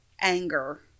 anger